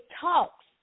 Talks